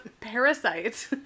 parasite